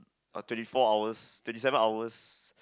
but twenty four hours twenty seven hours